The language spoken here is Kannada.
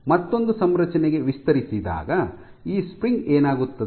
ಮತ್ತೊಂದು ಸಂರಚನೆಗೆ ವಿಸ್ತರಿಸಿದಾಗ ಈ ಸ್ಪ್ರಿಂಗ್ ಏನಾಗುತ್ತದೆ